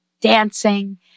dancing